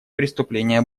преступление